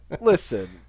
listen